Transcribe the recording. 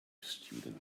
students